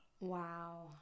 Wow